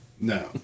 No